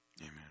Amen